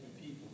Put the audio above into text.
people